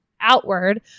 outward